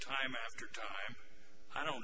time i don't